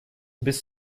bis